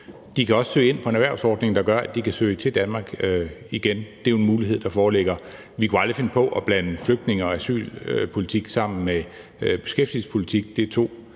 De kan også søge ind på en erhvervsordning, der gør, at de kan søge til Danmark igen. Det er jo en mulighed, der foreligger. Vi kunne aldrig finde på at blande flygtninge- og asylpolitik sammen med beskæftigelsespolitik. Det er to